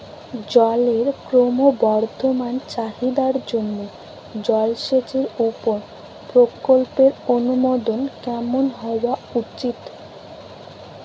জলের ক্রমবর্ধমান চাহিদার জন্য জলসেচের উপর প্রকল্পের অনুমোদন কেমন হওয়া উচিৎ?